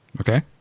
Okay